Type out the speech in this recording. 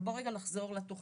אבל בוא רגע נחזור לתוכניות.